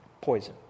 Poison